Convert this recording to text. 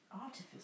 Artifice